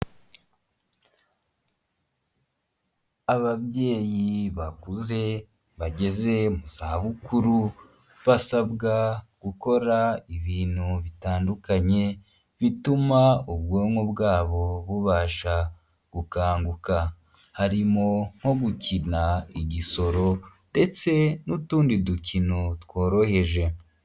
Ababyeyi bakuze bageze mu zabukuru basabwa gukora ibintu bitandukanye bituma ubwonko bwabo bubasha gukangukaharimo; nko gukina igisoro ndetse n'utundi dukino tworoheje.